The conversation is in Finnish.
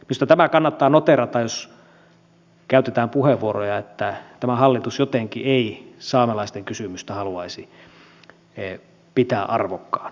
minusta tämä kannattaa noteerata jos käytetään puheenvuoroja että tämä hallitus jotenkin ei saamelaisten kysymystä haluaisi pitää arvokkaana